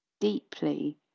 deeply